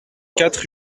quatre